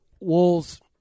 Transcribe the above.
Wolves